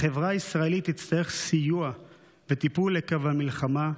החברה הישראלית תצטרך סיוע וטיפול עקב המלחמה,